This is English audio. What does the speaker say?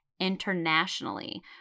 internationally